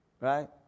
Right